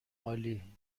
عالی